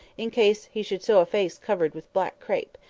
in case he should show a face covered with black crape,